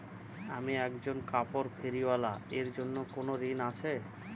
আমি একজন কাপড় ফেরীওয়ালা এর জন্য কোনো ঋণ আছে?